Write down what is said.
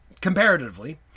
comparatively